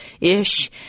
ish